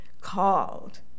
called